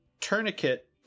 tourniquet